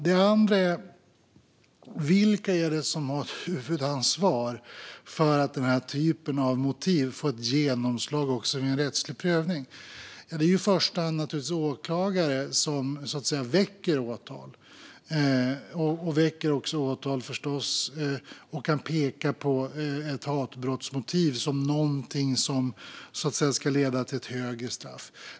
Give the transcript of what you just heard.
Det andra handlar om vilka som har huvudansvar för att den här typen av motiv får genomslag också vid en rättslig prövning. Först är det naturligtvis åklagare som väcker åtal och kan peka på ett hatbrottsmotiv som någonting som så att säga ska leda till ett högre straff.